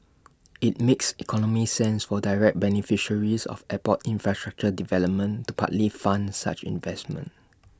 IT makes economic sense for direct beneficiaries of airport infrastructure development to partly fund such investments